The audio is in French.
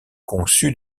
conçues